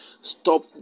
Stop